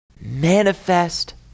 manifest